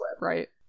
Right